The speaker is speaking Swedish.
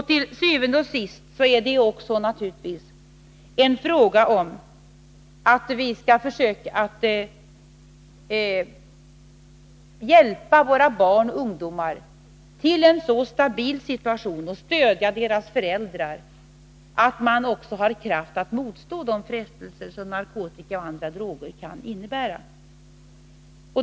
Till syvende og sidst är det narkotikaspridning naturligtvis också en fråga om att vi skall hjälpa våra barn och ungdomar till från Danmark en stabil situation samt stödja deras föräldrar så att man får kraft att motstå de frestelser som narkotika och andra droger kan innebära.